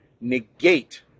negate